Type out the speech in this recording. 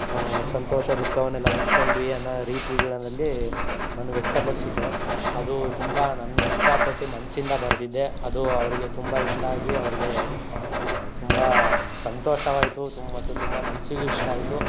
ಸಂತೋಷ ದುಃಖವನ್ನೆಲ್ಲ ಹಂಚ್ಕೊಂಡ್ವಿ ಅನ್ನೋ ರೀತಿಗಳನ್ನಲ್ಲಿ ನಾನು ವ್ಯಕ್ತಪಡಿಸಿದ್ದೆ ಅದು ತುಂಬ ನಾನು ಇಷ್ಟಪಟ್ಟು ಮನಸಿಂದ ಬರೆದಿದ್ದೆ ಅದು ಅವರಿಗೆ ತುಂಬ ಇಷ್ಟ ಆಗಿ ಅವ್ರಿಗೆ ತುಂಬ ಸಂತೋಷವಾಯಿತು ತುಂಬ ಮತ್ತು ತುಂಬ ಮನಸಿಗೂ ಇಷ್ಟ ಆಯಿತು